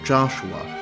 Joshua